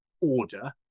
order